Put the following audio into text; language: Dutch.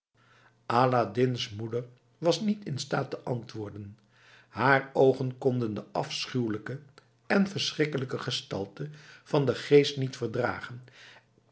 aladdin's moeder was niet in staat te antwoorden haar oogen konden de afschuwelijke en verschrikkelijke gestalte van den geest niet verdragen